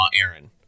Aaron